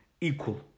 equal